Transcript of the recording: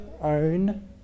own